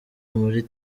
muri